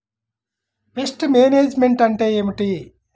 Pest management అంటే ఏమిటి?